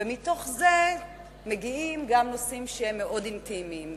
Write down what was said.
ומתוך זה מגיעים גם נושאים שהם מאוד אינטימיים,